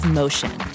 motion